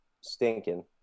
stinking